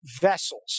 vessels